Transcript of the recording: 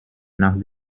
nach